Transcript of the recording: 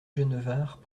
genevard